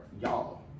y'all